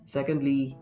Secondly